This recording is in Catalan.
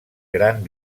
gran